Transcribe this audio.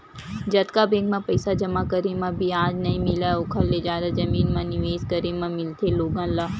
जतका बेंक म पइसा जमा करे म बियाज नइ मिलय ओखर ले जादा जमीन म निवेस करे म मिलथे लोगन ल